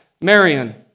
Marion